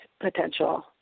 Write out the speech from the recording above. potential